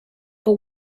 but